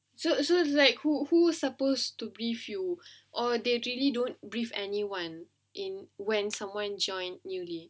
so so is like who who was supposed to brief you or they really don't brief anyone in when someone join newly